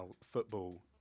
football